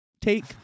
take